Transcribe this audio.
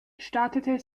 startete